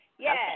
Yes